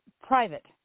private